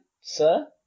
sir